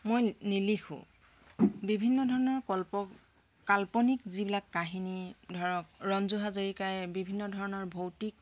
মই নিলিখোঁ বিভিন্ন ধৰণৰ কল্প কাল্পনিক যিবিলাক কাহিনী ধৰক ৰঞ্জু হাজৰিকাই বিভিন্ন ধৰণৰ ভৌতিক